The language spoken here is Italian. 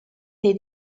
dei